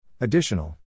Additional